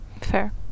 fair